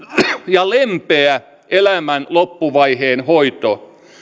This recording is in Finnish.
ja lempeä elämän loppuvaiheen hoito